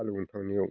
होलेवनो थांनायाव